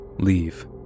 leave